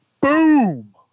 Boom